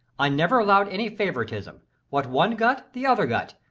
i never allowed any favouritism what one got the other got.